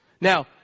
Now